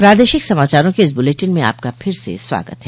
प्रादेशिक समाचारों के इस बुलेटिन में आपका फिर से स्वागत है